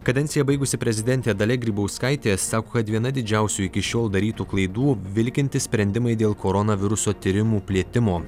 kadenciją baigusi prezidentė dalia grybauskaitė sako kad viena didžiausių iki šiol darytų klaidų vilkinti sprendimai dėl koronaviruso tyrimų plėtimo